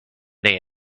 they